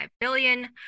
billion